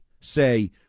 say